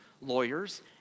lawyers